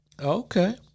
Okay